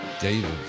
David